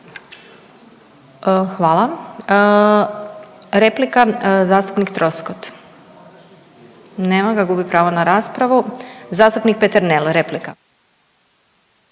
Hvala. Replika zastupnik Troskot. Nema ga, gubi pravo na raspravu. Zastupnik Peternel, replika.